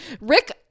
rick